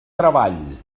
treball